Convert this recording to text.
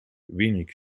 wenig